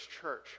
church